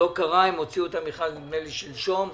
הוציאו את המכרז נדמה לי שלשום,